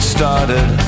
started